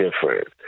different